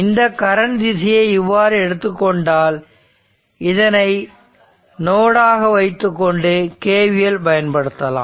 இந்த கரண்ட் திசையை இவ்வாறு எடுத்துக்கொண்டால் இதனை நோடாக வைத்துக்கொண்டு KVL பயன்படுத்தலாம்